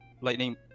lightning